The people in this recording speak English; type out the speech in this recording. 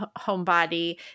homebody